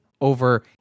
over